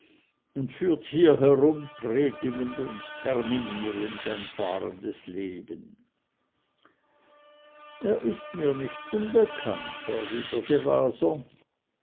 und führt hierherum predigend und terminierend ein fahrendes leben er ist mir nicht unbekannt erwiderte waser